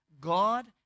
God